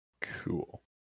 Cool